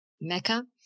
Mecca